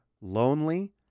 lonely